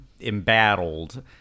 embattled